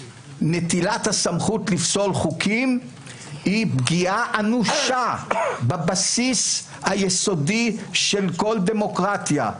נטילת הסמכות לפסול חוקים היא פגיעה אנושה בבסיס היסודי של כל דמוקרטיה.